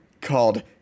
called